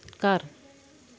ਘਰ